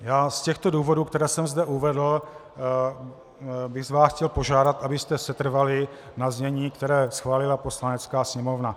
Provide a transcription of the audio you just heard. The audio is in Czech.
Z těchto důvodů, které jsem zde uvedl, bych vás chtěl požádat, abyste setrvali na znění, které schválila Poslanecká sněmovna.